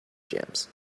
jams